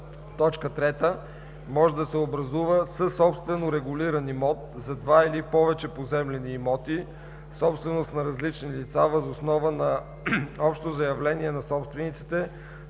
имоти; 3. може да се образува съсобствен урегулиран имот за два или повече поземлени имоти, собственост на различни лица, въз основа на общо заявление на собствениците